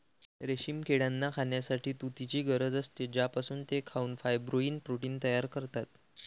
रेशीम किड्यांना खाण्यासाठी तुतीची गरज असते, ज्यापासून ते खाऊन फायब्रोइन प्रोटीन तयार करतात